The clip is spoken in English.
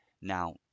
Now